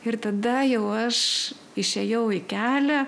ir tada jau aš išėjau į kelią